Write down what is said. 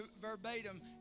verbatim